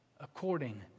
According